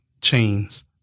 Chains